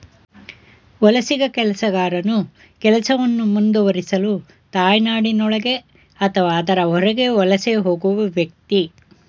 ವಲಸಿಗ ಕೆಲಸಗಾರನು ಕೆಲಸವನ್ನು ಮುಂದುವರಿಸಲು ತಾಯ್ನಾಡಿನೊಳಗೆ ಅಥವಾ ಅದರ ಹೊರಗೆ ವಲಸೆ ಹೋಗುವ ವ್ಯಕ್ತಿ